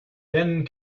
then